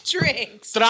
Drinks